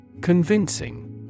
Convincing